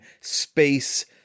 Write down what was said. Space